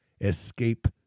Escape